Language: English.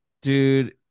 dude